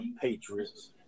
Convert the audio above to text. Patriots